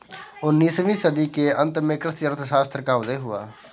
उन्नीस वीं सदी के अंत में कृषि अर्थशास्त्र का उदय हुआ